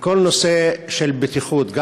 כי כל נושא הבטיחות,